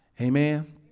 Amen